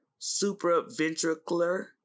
supraventricular